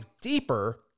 deeper